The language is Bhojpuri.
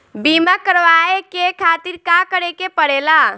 बीमा करेवाए के खातिर का करे के पड़ेला?